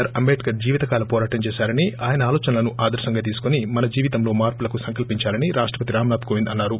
are Ambedkar జీవితకాల పోరాటం చేశారని ఆయన ఆలోచనలను ఆదర్చంగా తీసుకుని మన జీవితంలో మార్చులకు సంకల్సించాలని రాష్షపతి రామ్నాథ్ కోవింద్ అన్నారు